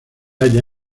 halla